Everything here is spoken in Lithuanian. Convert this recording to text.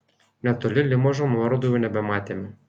netoli limožo nuorodų jau nebematėme